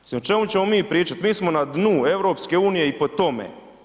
Mislim o čemu ćemo mi pričati, mi smo na dnu EU i po tome.